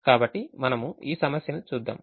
కాబట్టి మనము ఈ సమస్యను చూద్దాము